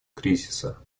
кризиса